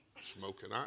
smoking